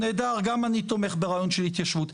נהדר, גם אני תומך ברעיון של התיישבות.